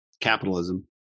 Capitalism